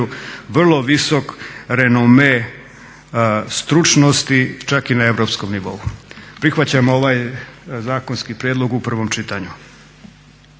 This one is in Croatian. vrlo visok renome stručnosti, čak i na europskom nivou. Prihvaćam ovaj zakonski prijedlog u prvom čitanju.